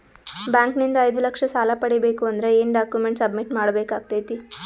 Bank ನಿಂದ ಐದು ಲಕ್ಷ ಸಾಲ ಪಡಿಬೇಕು ಅಂದ್ರ ಏನ ಡಾಕ್ಯುಮೆಂಟ್ ಸಬ್ಮಿಟ್ ಮಾಡ ಬೇಕಾಗತೈತಿ?